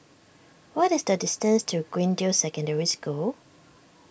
what is the distance to Greendale Secondary School